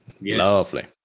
Lovely